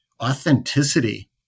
authenticity